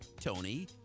Tony